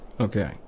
Okay